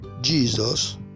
Jesus